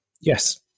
Yes